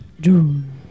June